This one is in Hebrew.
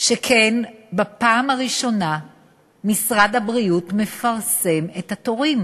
שכן בפעם הראשונה משרד הבריאות מפרסם את התורים,